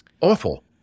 Awful